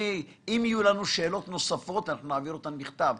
אם יהיו לנו שאלות נוספות, אנחנו נעביר אותן בכתב.